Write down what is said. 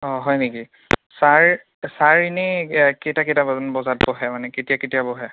অঁ হয় নেকি ছাৰ ছাৰ এনে কেইটা কেইটা ব বজাত বহে মানে কেতিয়া কেতিয়া বহে